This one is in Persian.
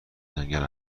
جنگل